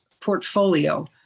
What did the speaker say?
portfolio